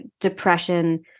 depression